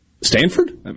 Stanford